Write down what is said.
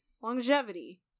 longevity